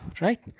right